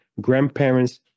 grandparents